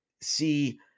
see